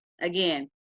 again